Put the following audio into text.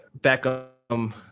Beckham